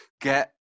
Get